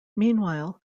meanwhile